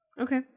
Okay